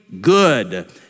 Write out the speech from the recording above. good